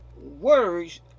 words